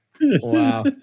Wow